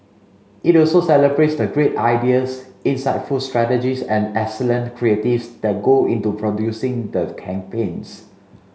it also celebrates the great ideas insightful strategies and excellent creatives that go into producing the campaigns